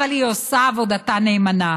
אבל היא עושה עבודתה נאמנה,